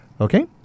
Okay